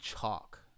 chalk